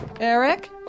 Eric